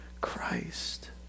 Christ